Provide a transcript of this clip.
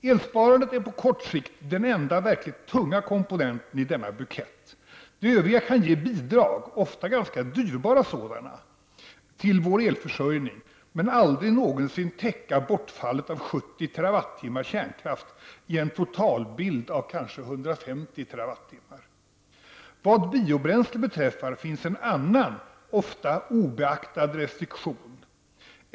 Elsparandet är på kort sikt den enda verkligt tunga komponenten i denna bukett. De övriga kan ge bidrag -- ofta ganska dyrbara sådana -- till vår elförsörjning, men aldrig någonsin täcka bortfallet av 70 TWh kärnkraft i en totalbild av kanske 150 TWh. Vad biobränsle beträffar finns en annan ofta obeaktad restriktion.